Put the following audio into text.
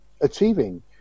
achieving